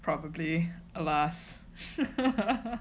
probably alas